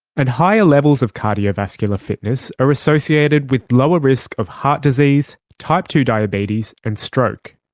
and higher levels of cardiovascular fitness are associated with lower risk of heart disease, type two diabetes and stroke.